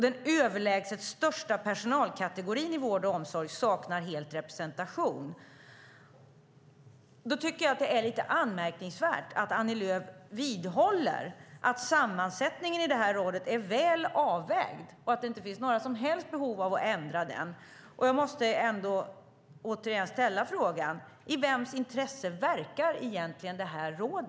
Den överlägset största personalkategorin i vård och omsorg saknar helt representation. Jag tycker därför att det är lite anmärkningsvärt att Annie Lööf vidhåller att sammansättningen i rådet är väl avvägd och att det inte finns några som helst behov av att ändra den. Jag måste återigen ställa frågan: I vems intresse verkar egentligen detta råd?